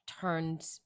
turned